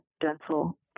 dental